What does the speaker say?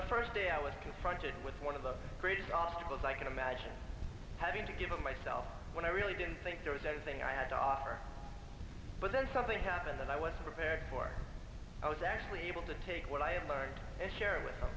the first day i was confronted with one of the greatest obstacles i can imagine having to give of myself when i really didn't think there was anything i had to offer but then something happened that i was prepared for i was actually able to take what i had learned and share with them